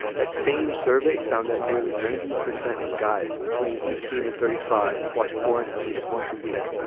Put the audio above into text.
that same survey found that nearly ninety percent of guys between eighteen and thirty five watch porn at least once a week.